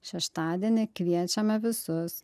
šeštadienį kviečiame visus